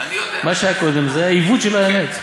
מה שהיה קודם היה עיוות של האמת.